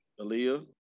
Aaliyah